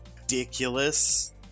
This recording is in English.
Ridiculous